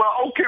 okay